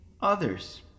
others